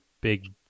big